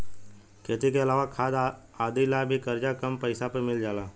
खेती के अलावा खाद आदि ला भी करजा कम पैसा पर मिल जाला